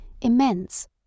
immense